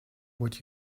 what